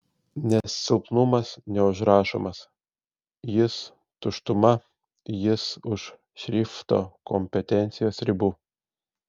nes silpnumas neužrašomas jis tuštuma jis už šrifto kompetencijos ribų